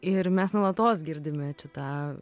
ir mes nuolatos girdime čia tą